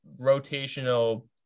rotational